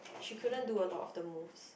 she couldn't do a lot of the moves